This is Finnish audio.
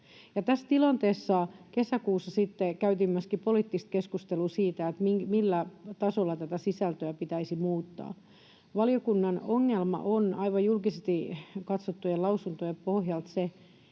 kesäkuussa käytiin myöskin poliittista keskustelua siitä, millä tasolla tätä sisältöä pitäisi muuttaa. Valiokunnan ongelma on aivan julkisesti katsottujen lausuntojen pohjalta se,